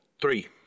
three